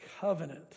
covenant